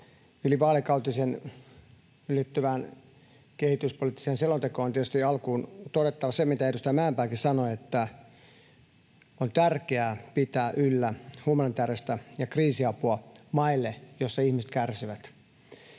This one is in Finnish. ylivaalikautiseen kehityspoliittiseen selontekoon on tietysti alkuun todettava se, mitä edustaja Mäenpääkin sanoi, että on tärkeää pitää yllä humanitääristä ja kriisiapua maille, joissa ihmiset kärsivät.